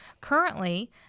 Currently